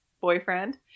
boyfriend